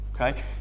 Okay